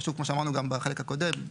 ושוב, כמו שאמרנו גם בחלק הקודם.